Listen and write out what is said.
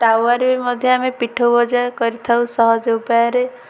ତାୱାରେ ବି ମଧ୍ୟ ଆମେ ପିଠଉ ଭଜା କରିଥାଉ ସହଜ ଉପାୟରେ